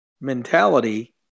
mentality